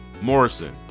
Morrison